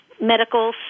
Medical